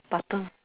butter